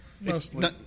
Mostly